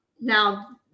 Now